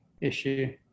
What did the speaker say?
issue